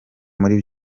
muri